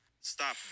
Stop